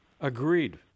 Agreed